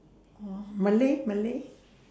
oh malay malay